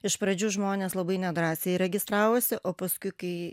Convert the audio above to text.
iš pradžių žmonės labai nedrąsiai registravosi o paskui kai